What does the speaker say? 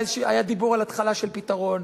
דיבור על התחלה של פתרון.